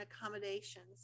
accommodations